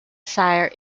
sire